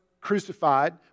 crucified